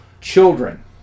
Children